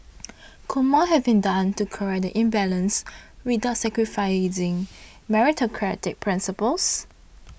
could more have been done to correct the imbalance without sacrificing meritocratic principles